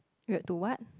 you had to what